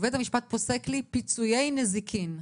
ובית המשפט פוסק לי פיצויי נזיקין,